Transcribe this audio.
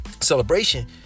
celebration